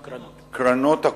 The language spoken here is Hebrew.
קְרָנות.